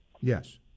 Yes